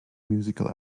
musical